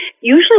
usually